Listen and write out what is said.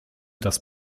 das